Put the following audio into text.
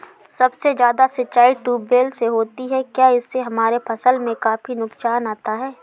सबसे ज्यादा सिंचाई ट्यूबवेल से होती है क्या इससे हमारे फसल में काफी नुकसान आता है?